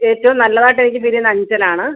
ഏറ്റവും നല്ലതായിട്ടെനിക്ക് തിരിയുന്നത് അഞ്ചലാണ്